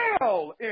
hell